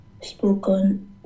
spoken